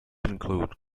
include